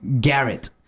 Garrett